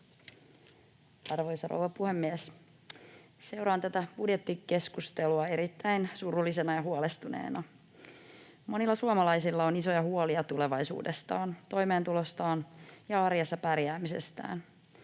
Arvoisa rouva puhemies! Seuraan tätä budjettikeskustelua erittäin surullisena ja huolestuneena. Monilla suomalaisilla on isoja huolia tulevaisuudestaan, toimeentulostaan ja arjessa pärjäämisestään.